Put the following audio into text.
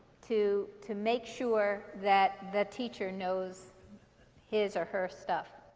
to to make sure that the teacher knows his or her stuff.